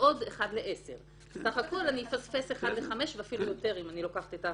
סך הכול אני אפספס אחת לחמש ואפילו יותר אם אני לוקחת את האחוזים.